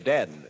Dead